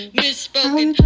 misspoken